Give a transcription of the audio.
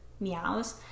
meows